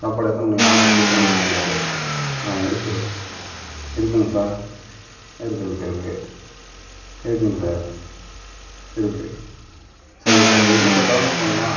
சாப்பாடு எத்தனை மணிக்கு ஆடரு கொடுத்தோன்றது இருக்குது இருக்குது இருக்குங்க சார் இருக்குது இருக்குது இருக்குது இருக்குங்க சார் இருக்குது சரி இப்போது அதை எப்படி சார் டௌன்லோட் பண்ணலாம்